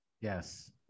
Yes